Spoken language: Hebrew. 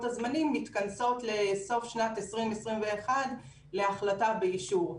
הזמנים מתכנסות לסף שנת 2021 להחלטה באישור.